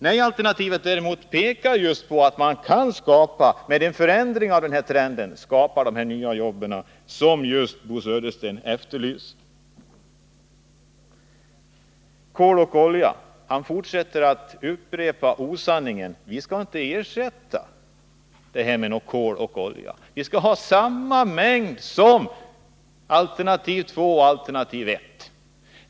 Nej-alternativet pekar just på att vi med en förändring av trenden kan skapa de nya jobb som Bo Södersten efterlyser. När det gäller användningen av kol och olja fortsatte Bo Södersten att upprepa osanningen att vi skall ersätta kärnkraften med kol och olja. Vi skall ha samma mängd kol och olja som alternativ 1 och 2.